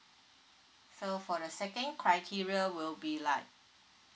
so for the second criteria will be like